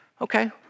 Okay